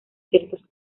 ciertos